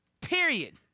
period